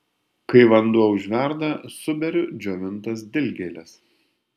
kai vanduo užverda suberiu džiovintas dilgėles